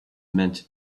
meant